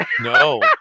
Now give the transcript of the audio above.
No